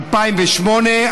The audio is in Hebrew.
2008,